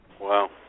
Wow